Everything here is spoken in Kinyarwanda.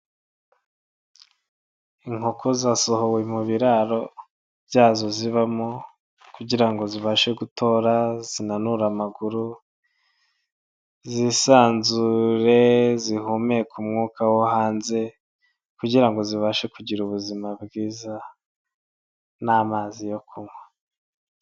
Inkoko zasohowe mu biraro byazo zibamo kugira ngo zibashe gutora, zinanura amaguru, zisanzure, zihumeka umwuka wo hanze kugira ngo zibashe kugira ubuzima bwiza n'amazi yo kunywa.